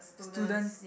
students